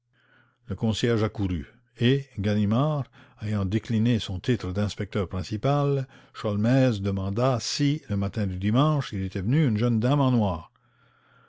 le concierge accourut et ganimard ayant décliné son titre d'inspecteur principal sholmès demanda si le matin du dimanche il était venu une jeune dame en noir